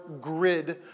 grid